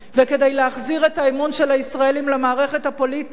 וכדי להחזיר את האמון של הישראלים למערכת הפוליטית